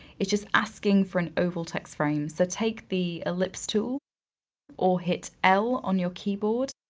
it's just asking for an oval text frame. so take the ellipse tool or hit l on your keyboard.